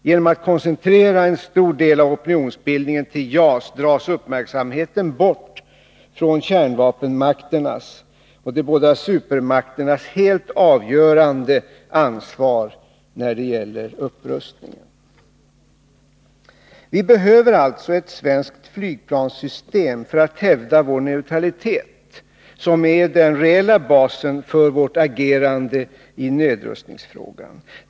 Genom att man koncentrerar en stor del av opinionsbildningen till JAS dras uppmärksamheten bort från kärnvapenmakternas och de båda supermakternas helt avgörande ansvar när det gäller upprustningen. Vi behöver alltså ett svenskt flygplanssystem för att hävda vår neutralitet, som är den reella basen för vårt agerande i nedrustningsfrågan.